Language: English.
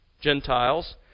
Gentiles